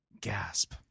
Gasp